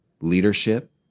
Leadership